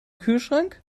kühlschrank